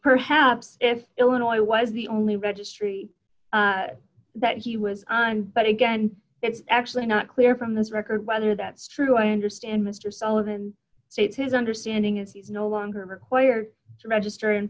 perhaps if illinois was the only registry that he was on but again it's actually not clear from this record whether that's true i understand mr sullivan states his understanding is he's no longer required to register in